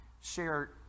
share